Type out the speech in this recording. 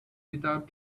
without